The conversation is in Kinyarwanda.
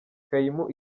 kaymu